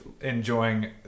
enjoying